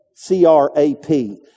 C-R-A-P